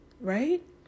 Right